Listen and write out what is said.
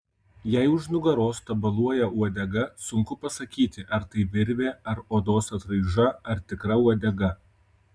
jai už nugaros tabaluoja uodega sunku pasakyti ar tai virvė ar odos atraiža ar tikra uodega